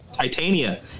titania